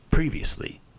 Previously